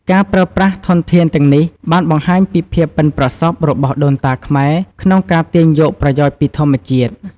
ការប្រើប្រាស់ធនធានទាំងនេះបានបង្ហាញពីភាពប៉ិនប្រសប់របស់ដូនតាខ្មែរក្នុងការទាញយកផលប្រយោជន៍ពីធម្មជាតិ។